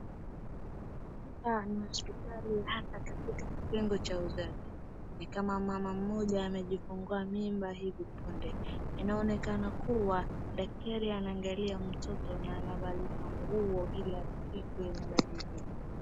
Hapa ni hospitali hasa katika kitengo cha uzazi. Ni kama mama mmoja amejifungua mimba hivi punde. Inaonekana kuwa dakatari anaangalia mtoto na anavalishwa nguo ili asishikwe na baridi.